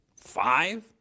five